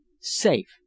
safe